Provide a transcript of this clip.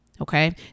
Okay